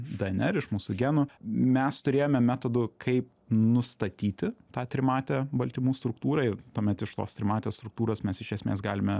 dnr iš mūsų genų mes turėjome metodų kaip nustatyti tą trimatę baltymų struktūrą ir tuomet iš tos trimatės struktūros mes iš esmės galime